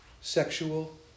sexual